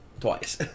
twice